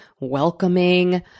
welcoming